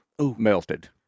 melted